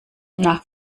nach